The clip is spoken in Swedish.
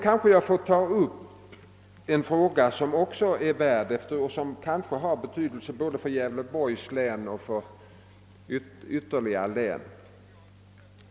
Kanske jag får ta upp ett annat problem, som också kan ha betydelse både för Gävleborgs län och för ytterligare län.